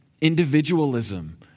individualism